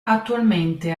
attualmente